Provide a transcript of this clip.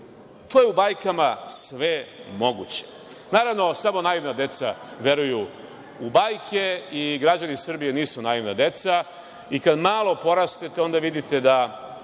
To je u bajkama sve moguće. Naravno, samo naivna deca veruju u bajke i građani Srbije nisu naivna deca, i kada malo porastete vidite da